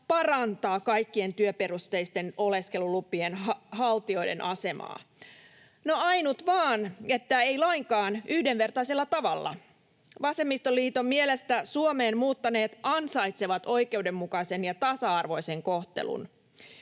”parantaa” kaikkien työperusteisten oleskelulupien haltijoiden asemaa. No, ainut vaan, että ei lainkaan yhdenvertaisella tavalla. Vasemmistoliiton mielestä Suomeen muuttaneet ansaitsevat oikeudenmukaisen ja tasa-arvoisen kohtelun.